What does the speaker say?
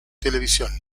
televisión